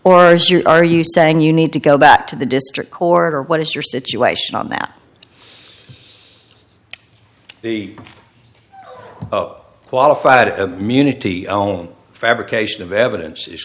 or are you saying you need to go back to the district court or what is your situation on that the qualified immunity ome fabrication of evidence is